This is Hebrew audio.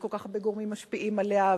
וכל כך הרבה גורמים משפיעים עליה.